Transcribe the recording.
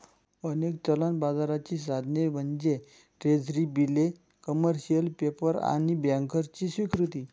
अनेक चलन बाजाराची साधने म्हणजे ट्रेझरी बिले, कमर्शियल पेपर आणि बँकर्सची स्वीकृती